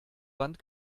wand